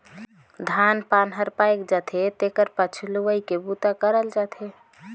धान पान हर पायक जाथे तेखर पाछू लुवई के बूता करल जाथे